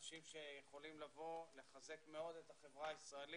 אנשים שיכולים לחזק מאוד את החברה הישראלית.